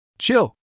Chill